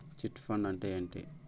Chit fund అంటే ఏంటి?